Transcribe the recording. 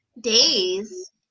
Days